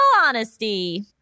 honesty